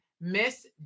Miss